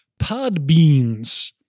Podbeans